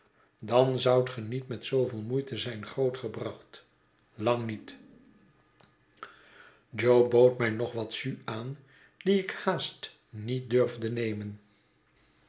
dan zoudt ge niet met zooveel moeite zijn groot gebracht lang niet jo bood mij nog wat jus aan ie ik haast niet durfde nemen